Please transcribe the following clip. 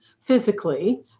physically